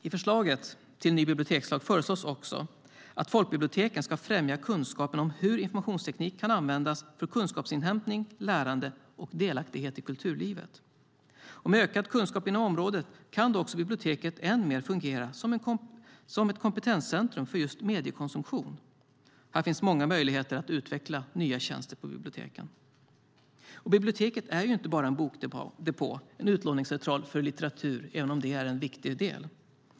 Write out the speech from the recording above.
I förslaget till ny bibliotekslag föreslås också att folkbiblioteken ska främja kunskapen om hur informationsteknik kan användas för kunskapsinhämtning, lärande och delaktighet i kulturlivet. Med ökad kunskap inom området kan då också biblioteket än mer fungera som ett kompetenscentrum för mediekonsumtion. Här finns många möjligheter att utveckla nya tjänster på biblioteken. Biblioteket är inte bara en bokdepå - en utlåningscentral av litteratur - även om det är en viktig del.